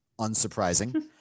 unsurprising